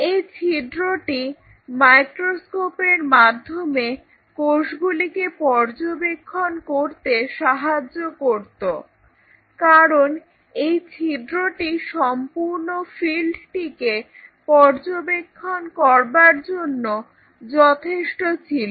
এই ছিদ্রটি মাইক্রোস্কোপের মাধ্যমে কোষগুলিকে পর্যবেক্ষণ করতে সাহায্য করত কারণ এই ছিদ্রটি সম্পূর্ণ ফিল্ডটিকে পর্যবেক্ষণ করবার জন্য যথেষ্ট ছিল